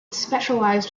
specialized